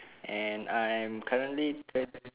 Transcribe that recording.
and I'm currently twen~